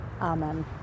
Amen